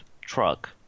truck